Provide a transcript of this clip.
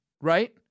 right